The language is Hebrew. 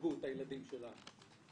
הרגו את הילדים שלנו.